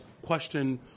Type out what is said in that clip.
question